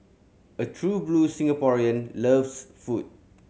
a true blue Singaporean loves food